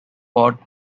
pot